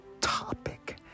topic